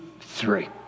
three